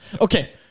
Okay